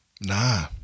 Nah